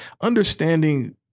understanding